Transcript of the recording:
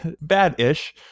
Bad-ish